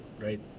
right